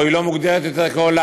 או שהיא לא מוגדרת יותר כעולה,